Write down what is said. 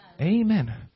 Amen